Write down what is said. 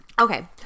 Okay